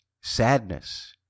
sadness